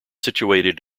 situated